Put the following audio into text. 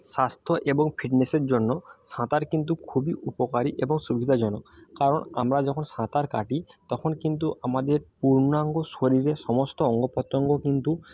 স্বাস্থ্য এবং ফিটনেসের জন্য সাঁতার কিন্তু খুবই উপকারী এবং সুবিধাজনক কারণ আমরা যখন সাঁতার কাটি তখন কিন্তু আমাদের পূর্ণাঙ্গ শরীরের সমস্ত অঙ্গ প্রত্যঙ্গ কিন্তু